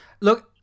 Look